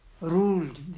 ruled